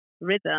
Rhythm